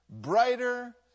brighter